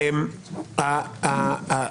אגב,